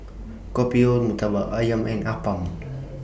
Kopi O Murtabak Ayam and Appam